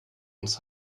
uns